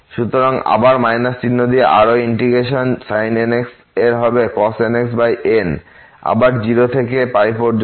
সুতরাং আবার চিহ্ন দিয়েআরও ইন্টিগ্রেশন sin nx এর হবে cos nx n আবার 0 থেকে পর্যন্ত